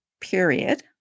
period